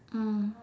mm